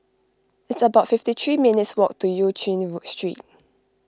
it's about fifty three minutes' walk to Eu Chin Street